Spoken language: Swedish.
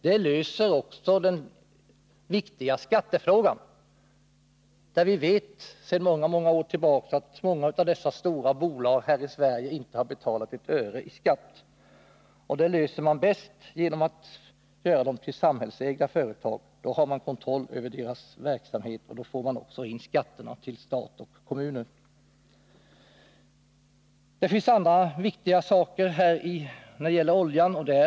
Det löser också den viktiga skattefrågan. Vi vet att många av dessa storbolag sedan många år inte har betalat ett öre i skatt här i Sverige, och det problemet löser man bäst genom att göra dem till samhällsägda företag. Då har man kontroll över deras verksamhet, och då får man också in skatter till stat och kommuner. Det finns andra viktiga saker när det gäller oljan. Bl.